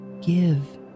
give